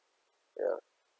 ya